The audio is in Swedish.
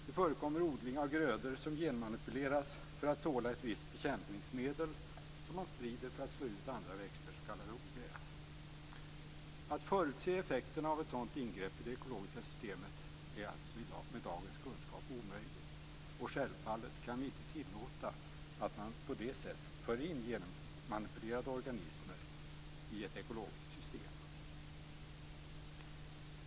Det förekommer odling av grödor som genmanipuleras för att tåla ett visst bekämpningsmedel som man sprider för att slå ut andra växter, s.k. ogräs. Att förutse effekterna av ett sådant ingrepp i det ekologiska systemet är alltså i dag, med dagens kunskap, omöjligt. Självfallet kan vi inte tillåta att man på detta sätt för in genmanipulerade organismer i ett ekologiskt system.